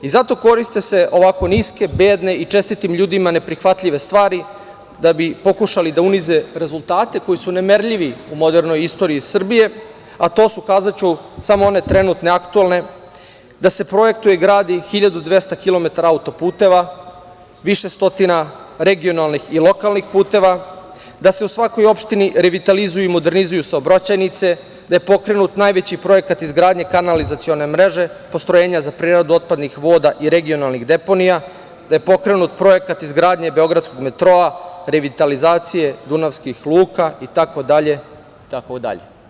Zato se koriste ovako niske, bedne i čestitim ljudima neprihvatljive stvari, da bi pokušali da unize rezultate koji su nemerljivi u modernoj istoriji Srbije, a to su, kazaću samo one trenutne, aktuelne - da se projektuje i gradi 1.200 km auto-puteva, više stotina regionalnih i lokalnih puteva, da se u svakoj opštini revitalizuju i modernizuju saobraćajnice, da je pokrenut najveći projekat izgradnje kanalizacione mreže postrojenja za preradu otpadnih voda i regionalnih deponija, da je pokrenut projekat izgradnje beogradskog metroa, revitalizacije dunavskih luka, itd, itd.